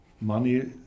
money